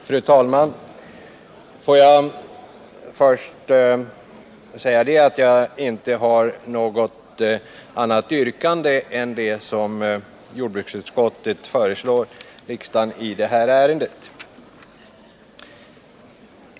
Fru talman! Får jag först säga att jag inte har något annat yrkande än jordbruksutskottets i det här ärendet.